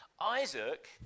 Isaac